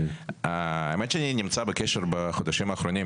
אני נמצא בקשר בחודשים האחרונים,